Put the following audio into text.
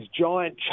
giant